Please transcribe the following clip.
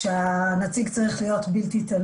חייבים לקבוע שכר, אבל לא על ידי המוסד.